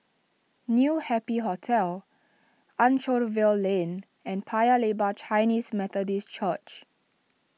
New Happy Hotel Anchorvale Lane and Paya Lebar Chinese Methodist Church